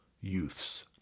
youths